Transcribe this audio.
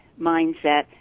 mindset